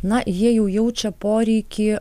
na jie jau jaučia poreikį